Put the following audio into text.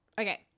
Okay